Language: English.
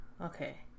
Okay